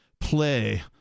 play